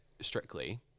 strictly